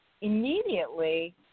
immediately